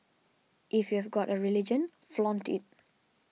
if you've got a religion flaunt it